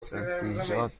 سبزیجات